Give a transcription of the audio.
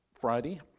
Friday